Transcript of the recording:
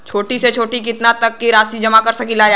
छोटी से छोटी कितना तक के राशि जमा कर सकीलाजा?